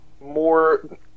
more